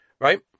right